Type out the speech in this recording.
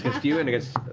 you and against